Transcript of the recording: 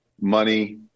money